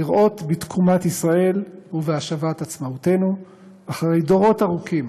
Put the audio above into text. לראות בתקומת ישראל ובהשבת עצמאותנו אחרי דורות ארוכים